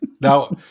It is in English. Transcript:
Now